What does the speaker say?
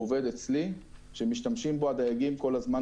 עובד אצלי שמשתמשים בו הדייגים כל הזמן